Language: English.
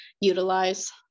utilize